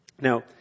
Now